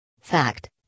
Fact